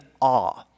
awe